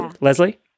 Leslie